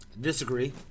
Disagree